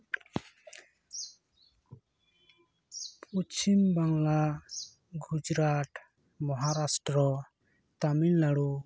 Paschim Bangla Gujarat Maharashtra Tamil Nadu